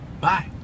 Bye